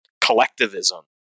collectivism